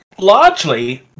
largely